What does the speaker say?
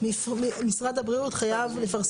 אני רוצה להגיד משהו על ההסתייגות הזאת.